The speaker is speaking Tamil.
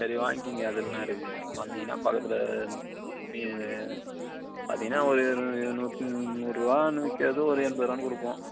சரி வாங்கிக்கங்க அதில் என்ன இருக்குது வந்தீங்கன்னால் பக்கத்தில் க்ளீனு பார்த்தீங்கன்னா ஒரு நூற்றி நூறுரூவான்னு விற்கிறது ஒரு எண்பது ரூபான்னு கொடுப்போம்